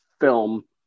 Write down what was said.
film